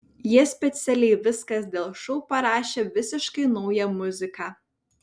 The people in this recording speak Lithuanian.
jie specialiai viskas dėl šou parašė visiškai naują muziką